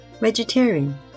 vegetarian